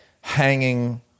hanging